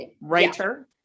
writer